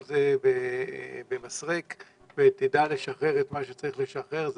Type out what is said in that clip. זה במסרק ותדע לשחרר את מה שצריך לשחרר.